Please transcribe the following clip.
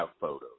photos